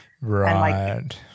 Right